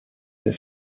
des